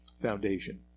Foundation